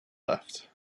left